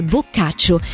Boccaccio